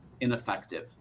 ineffective